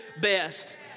best